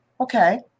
Okay